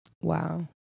Wow